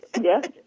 Yes